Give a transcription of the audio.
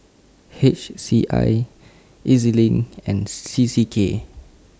H C I E Z LINK and C C K